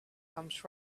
comes